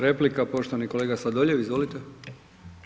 Replika poštovani kolega Sladoljev, izvolite.